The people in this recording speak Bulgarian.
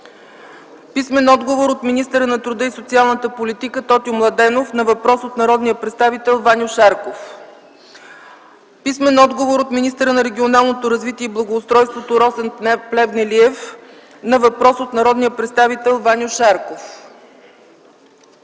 Яне Янев; - министъра на труда и социалната политика Тотю Младенов на въпрос от народния представител Ваньо Шарков; - министъра на регионалното развитие и благоустройството Росен Плевнелиев на въпрос от народния представител Ваньо Шарков;